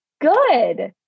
good